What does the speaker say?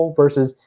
versus